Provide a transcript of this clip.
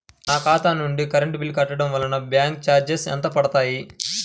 నా ఖాతా నుండి కరెంట్ బిల్ కట్టడం వలన బ్యాంకు చార్జెస్ ఎంత పడతాయా?